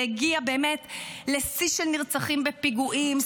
והגיע באמת לשיא של נרצחים בפיגועים,